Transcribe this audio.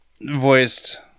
voiced